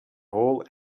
hole